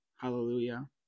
Hallelujah